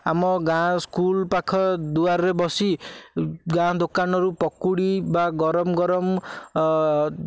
ଆମ ଗାଁ ସ୍କୁଲ ପାଖ ଦୁଆରରେ ବସି ଗାଁ ଦୋକାନରୁ ପକୁଡ଼ି ବା ଗରମ ଗରମ ଅ